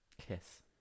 Kiss